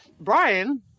Brian